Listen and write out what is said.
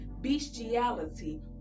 bestiality